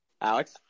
Alex